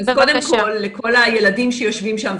קודם כל לכל הילדים שיושבים שם,